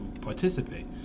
participate